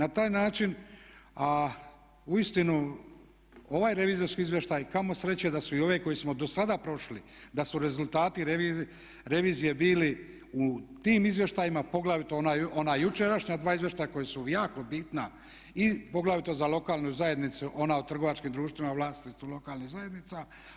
A uistinu ovaj revizorski izvještaj, kamo sreće da su i ove koje smo do sada prošli da su rezultati revizije bili u tim izvještajima, poglavito ona jučerašnja dva izvještaja koja su jako bitna i poglavito za lokalnu zajednicu, ona o trgovačkim u vlasništvu lokalnih zajednica.